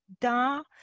dans